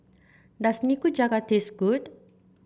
does Nikujaga taste good